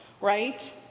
right